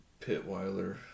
Pitweiler